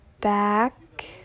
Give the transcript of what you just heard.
back